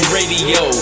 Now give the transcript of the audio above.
Radio